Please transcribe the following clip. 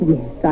Yes